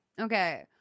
okay